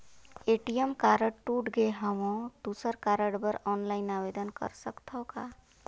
ATM card टूट गे हववं दुसर कारड बर ऑनलाइन आवेदन कर सकथव का?